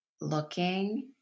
looking